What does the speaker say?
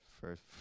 First